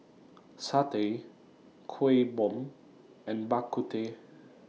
Satay Kuih Bom and Bak Kut Teh